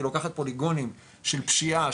היא לוקחת פוליגונים של פשיעה,